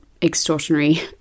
extraordinary